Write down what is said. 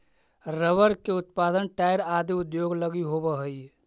rubber के उत्पादन tyre आदि उद्योग लगी होवऽ हइ